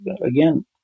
again